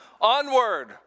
Onward